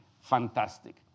fantastic